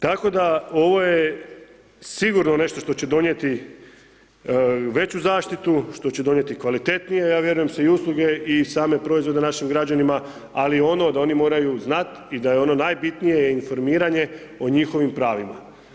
Tako da, ovo je sigurno nešto što će donijeti veću zaštitu, što će donijeti kvalitetnije i usluge i same proizvode našim građanima, ali ono da oni moraju znati i da je ono najbitnije informiranje o njihovim pravima.